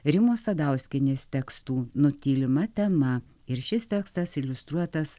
rimos sadauskienės tekstų nutylima tema ir šis tekstas iliustruotas